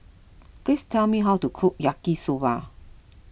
please tell me how to cook Yaki Soba